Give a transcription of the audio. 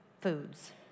foods